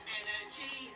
energy